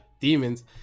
demons